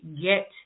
get